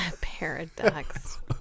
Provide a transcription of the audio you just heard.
Paradox